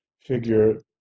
figure